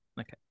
Okay